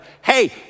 hey